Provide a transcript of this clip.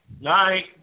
Night